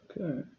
Okay